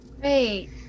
Great